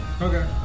Okay